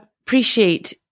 appreciate